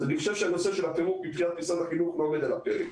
אז אני חושב שהנושא של הפירוק מבחינת משרד החינוך לא עומד על הפרק.